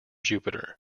jupiter